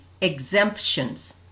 exemptions